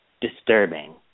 Disturbing